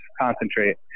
concentrate